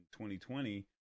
2020